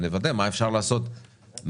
כדי לוודא מה אפשר לעשות מעבר.